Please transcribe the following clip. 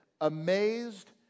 amazed